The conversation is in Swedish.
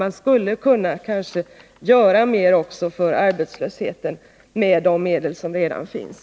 Man skulle då kanske kunna göra mer åt arbetslösheten med de medel som redan finns.